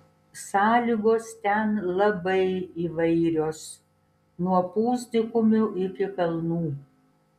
sąlygos ten labai įvairios nuo pusdykumių iki kalnų